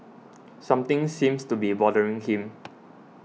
something seems to be bothering him